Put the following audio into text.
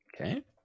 Okay